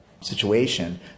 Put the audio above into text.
situation